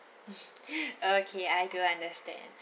okay I do understand